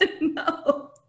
No